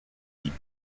type